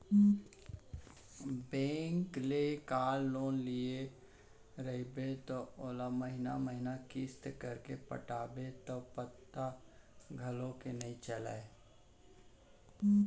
bank ले car loan लिये रइबे त ओला महिना महिना किस्त करके पटाबे त पता घलौक नइ चलय